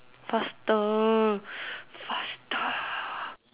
faster faster